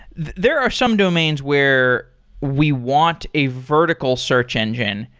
there are some domains where we want a vertical search engine,